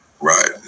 Right